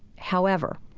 however,